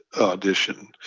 audition